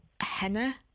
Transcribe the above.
Henna